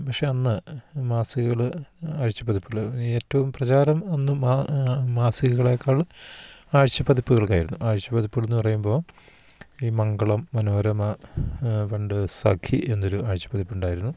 പക്ഷെ അന്ന് മാസികകൾ ആഴ്ചപതിപ്പുകൾ ഏറ്റവും പ്രചാരം അന്ന് മാസികകളെക്കാൾ ആഴ്ചപതിപ്പുകൾക്കായിരുന്നു ആഴ്ചപതിപ്പുകൾ എന്ന് പറയുമ്പോൾ ഈ മംഗളം മനോരമ പണ്ട് സഖി എന്നൊരു ആഴ്ചപ്പതിപ്പുണ്ടായിരുന്നു